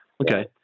Okay